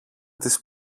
της